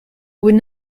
would